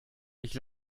ich